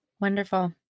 Wonderful